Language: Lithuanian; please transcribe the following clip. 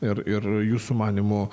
ir ir jūsų manymu